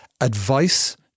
advice